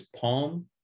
palm